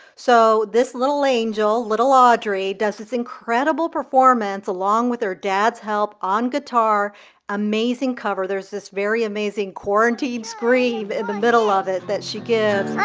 so this little angel, little audrey, does this incredible performance along with her dad's help on guitar amazing cover. there's this very amazing quarantined scream in the middle of it that she gives.